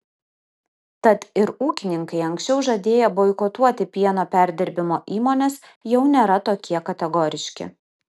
tad ir ūkininkai anksčiau žadėję boikotuoti pieno perdirbimo įmones jau nėra tokie kategoriški